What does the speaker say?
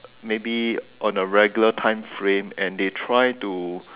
maybe on a regular time frame and they try to